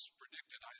predicted